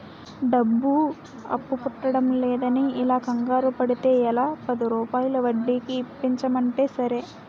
డబ్బు అప్పు పుట్టడంలేదని ఇలా కంగారు పడితే ఎలా, పదిరూపాయల వడ్డీకి ఇప్పించమంటే సరే